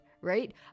right